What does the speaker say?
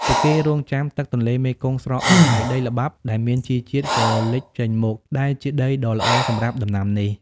ពួកគេរង់ចាំទឹកទន្លេមេគង្គស្រកអស់ ហើយដីល្បាប់ដែលមានជីជាតិក៏លេចចេញមក ដែលជាដីដ៏ល្អសម្រាប់ដំណាំនេះ។